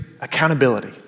accountability